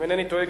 אם אינני טועה,